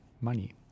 money